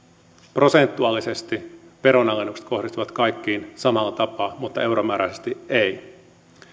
prosentuaalisesti veronalennukset kohdistuvat kaikkiin samalla tapaa mutta euromääräisesti eivät